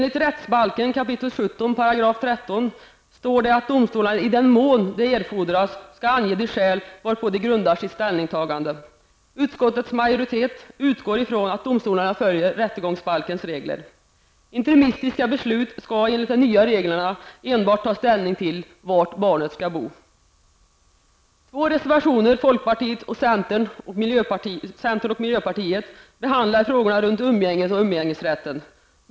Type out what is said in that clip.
I rättsbalkens 17 kap. 13 § står det att domstolarna i den mån det erfordras skall ange de skäl varpå de grundar sitt ställningstagande. Utskottsmajoriteten utgår ifrån att domstolarna följer rättegångsbalkens regler. Interimistiska beslut skall enligt de nya reglerna enbart ta hänsyn till var barnet skall bo. I två reservationer som från folkpartiet och centerpartiet varit med om att underteckna behandlas frågor runt umgänget och umgängesrätten.